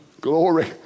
glory